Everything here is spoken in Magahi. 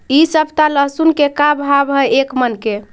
इ सप्ताह लहसुन के का भाव है एक मन के?